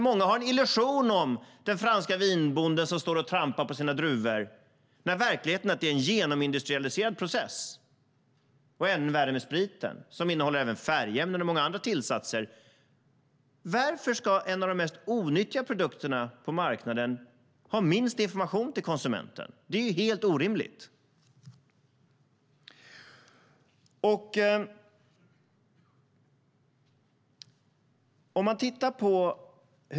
Många har en illusion om den franske vinbonden som står och trampar druvor när det i verkligheten är en genomindustrialiserad process. Ännu värre är det med spriten som även innehåller färgämnen och andra tillsatser. Varför ska en av de mest onyttiga produkterna på marknaden ha minst information till konsumenten? Det är orimligt.